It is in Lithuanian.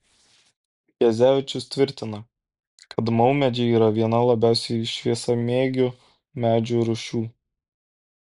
gezevičius tvirtina kad maumedžiai yra viena labiausiai šviesamėgių medžių rūšių